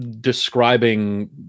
describing